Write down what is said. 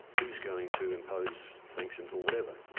who is going to impose sanctions or whatever?